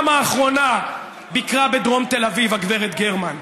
האחרונה ביקרה בדרום תל אביב הגברת גרמן?